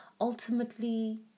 ultimately